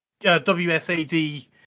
WSAD